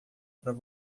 para